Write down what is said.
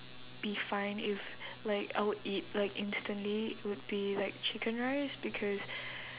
be fine if like I would eat like instantly it would be like chicken rice because